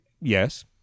Yes